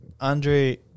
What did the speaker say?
Andre